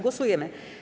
Głosujemy.